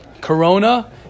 Corona